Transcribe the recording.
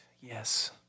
Yes